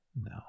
No